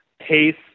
pace